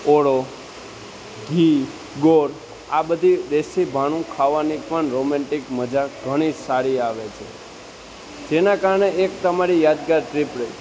ઓળો ઘી ગોળ આ બધી દેશી ભાણું ખાવાની પણ રોમેન્ટિક મજા ઘણી સારી આવે છે જેના કારણે એક તમારી યાદગાર ટ્રીપ રહે